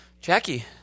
Jackie